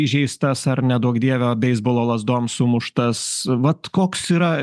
įžeistas ar neduok dieve beisbolo lazdom sumuštas vat koks yra